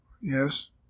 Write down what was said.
Yes